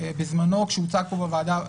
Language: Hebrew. בזמנו כשהוא הוצג פה בוועדה,